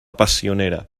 passionera